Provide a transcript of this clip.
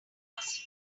causing